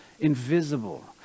invisible